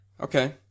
Okay